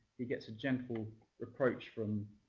he gets a gentle reproach from